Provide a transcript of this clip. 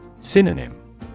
Synonym